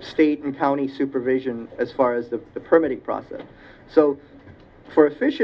state and county supervision as far as the permit process so for